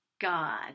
God